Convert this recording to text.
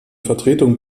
vertretung